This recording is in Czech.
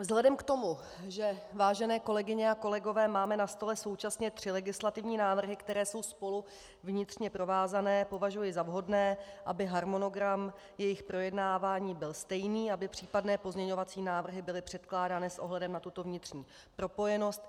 Vzhledem k tomu, vážené kolegyně a kolegové, že máme na stole současně tři legislativní návrhy, které jsou spolu vnitřně provázané, považuji za vhodné, aby harmonogram jejich projednávání byl stejný, aby případné pozměňovací návrhy byly předkládány s ohledem na tuto vnitřní propojenost.